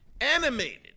animated